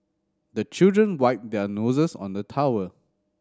the children wipe their noses on the towel